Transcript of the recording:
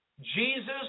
Jesus